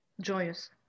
joyous